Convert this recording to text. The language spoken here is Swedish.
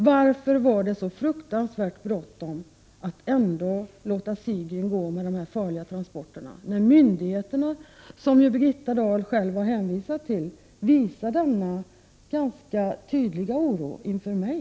Varför var det så fruktansvärt bråttom att låta Sigyn få göra denna transport? Myndigheterna, som Birgitta Dahl själv har hänvisat till, visade ju en ganska tydlig oro inför mig.